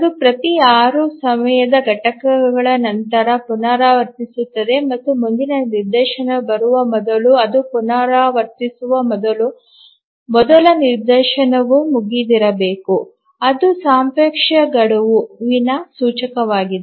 ಇದು ಪ್ರತಿ 6 ಸಮಯದ ಘಟಕಗಳ ನಂತರ ಪುನರಾವರ್ತಿಸುತ್ತದೆ ಮತ್ತು ಮುಂದಿನ ನಿದರ್ಶನ ಬರುವ ಮೊದಲು ಅದು ಪುನರಾವರ್ತಿಸುವ ಮೊದಲು ಮೊದಲ ನಿದರ್ಶನವು ಮುಗಿದಿರಬೇಕು ಅದು ಸಾಪೇಕ್ಷ ಗಡುವಿನ ಸೂಚಕವಾಗಿದೆ